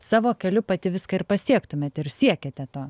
savo keliu pati viską ir pasiektumėt ir siekiate to